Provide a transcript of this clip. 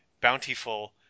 bountiful